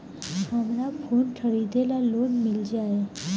हमरा फोन खरीदे ला लोन मिल जायी?